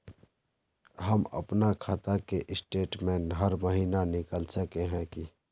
हम अपना खाता के स्टेटमेंट हर महीना निकल सके है की?